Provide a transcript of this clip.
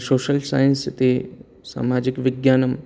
social science इति सामाजिकविज्ञानं